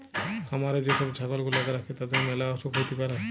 খামারে যে সব ছাগল গুলাকে রাখে তাদের ম্যালা অসুখ হ্যতে পারে